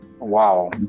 wow